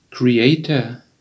Creator